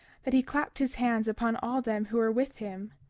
that he clapped his hands upon all them who were with him.